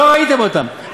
לא ראיתם אותם.